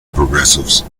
progressives